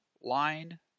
line